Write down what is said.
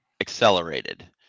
accelerated